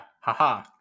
haha